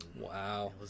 Wow